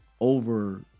over